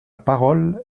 parole